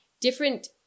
different